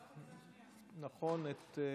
נכון, את,